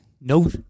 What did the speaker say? No